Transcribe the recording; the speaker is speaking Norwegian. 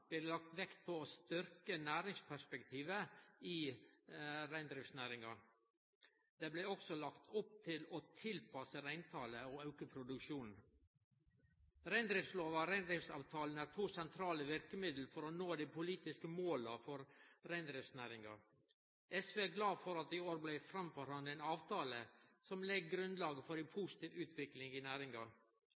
det lagt vekt på å styrkje næringsperspektivet i reindriftsnæringa. Det blei også lagt opp til å tilpasse reintalet og auke produksjonen. Reindriftslova og reindriftsavtalen er to sentrale verkemiddel for å nå dei politiske måla for reindriftsnæringa. SV er glad for at det i år blei framforhandla ein avtale som legg grunnlaget for ei positiv utvikling i næringa.